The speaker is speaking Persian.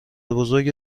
بزرگ